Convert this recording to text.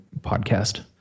podcast